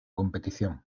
competición